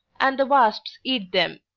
and the wasps eat them,